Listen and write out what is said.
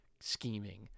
scheming